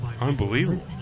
Unbelievable